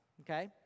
okay